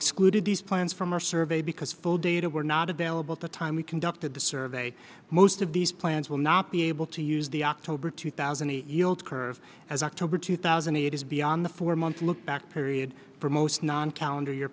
excluded these plans from our survey because full data were not available to time we conducted the survey most of these plans will not be able to use the october two thousand and eight yield curve as october two thousand and eight is beyond the four month look back period for most non calendar y